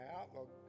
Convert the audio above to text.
outlook